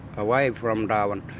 away from darwin.